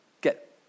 get